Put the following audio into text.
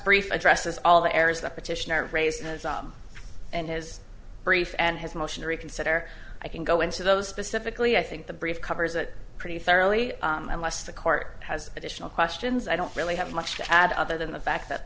brief addresses all the errors the petitioner raises in his brief and his motion to reconsider i can go into those specifically i think the brief covers a pretty thoroughly unless the court has additional questions i don't really have much to add other than the fact that